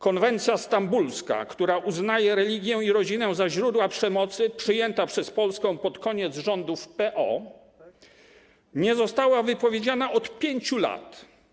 Konwencja stambulska, która uznaje religię i rodzinę za źródła przemocy, przyjęta przez Polskę pod koniec rządów PO, nie została wypowiedziana od 5 lat.